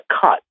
cut